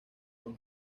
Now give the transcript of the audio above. son